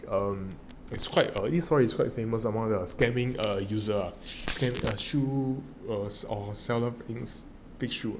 err it's quite is quite famous err scamming err user ah scam the shoe the stocks the seller fake shoe